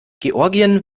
georgien